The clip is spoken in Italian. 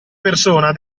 persona